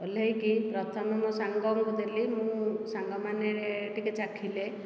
ଓହ୍ଲାଇକି ପ୍ରଥମେ ମୋ ସାଙ୍ଗଙ୍କୁ ଦେଲି ମୁଁ ସାଙ୍ଗ ମାନେ ଟିକେ ଚାଖିଲେ